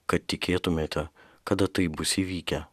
kad tikėtumėte kada taip bus įvykę